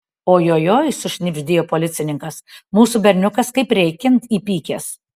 ojojoi sušnibždėjo policininkas mūsų berniukas kaip reikiant įpykęs